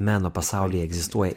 meno pasaulyje egzistuoja